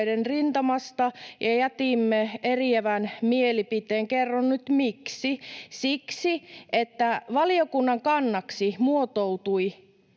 rintamasta ja jätimme eriävän mielipiteen. Kerron nyt, miksi. Siksi, että valiokunnan kannaksi muotoutui